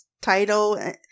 title